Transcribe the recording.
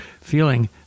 feeling